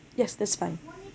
yes that's fine